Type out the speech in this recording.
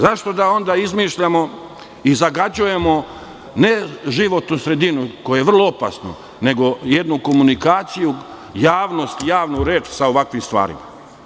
Zašto da onda izmišljamo i zagađujemo ne životnu sredinu, što je vrlo opasno, nego jednu komunikaciju, javnost i javnu reč sa ovakvim stvarima.